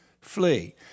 flee